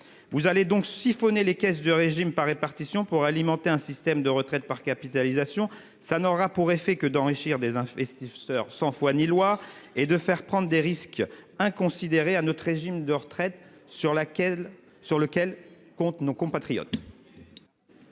Vous allez donc siphonner les caisses du régime par répartition pour alimenter un système de retraite par capitalisation n'ayant pour effet que d'enrichir des investisseurs sans foi ni loi et de faire prendre des risques inconsidérés à notre régime de retraite sur lequel comptent nos compatriotes.